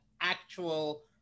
actual